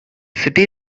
city